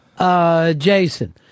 Jason